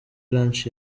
launch